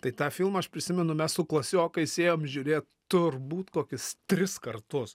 tai tą filmą aš prisimenu mes su klasiokais ėjome žiūrėt turbūt kokius tris kartus